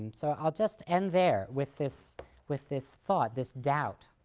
so, i'll just end there with this with this thought, this doubt,